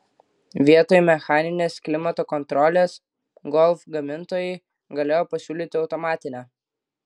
vietoj mechaninės klimato kontrolės golf gamintojai galėjo pasiūlyti automatinę